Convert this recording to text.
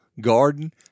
garden